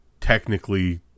technically